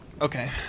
Okay